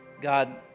God